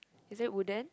is it wooden